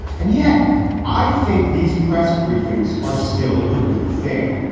and yet i think these press briefings are still a good thing.